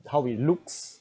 how it looks